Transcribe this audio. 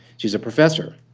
she's a professor.